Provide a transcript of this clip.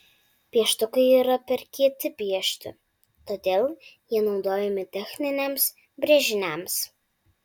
pieštukai yra per kieti piešti todėl jie naudojami techniniams brėžiniams